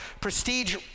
Prestige